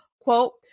quote